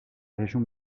région